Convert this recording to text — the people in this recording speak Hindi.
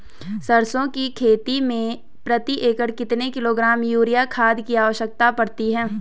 सरसों की खेती में प्रति एकड़ कितने किलोग्राम यूरिया खाद की आवश्यकता पड़ती है?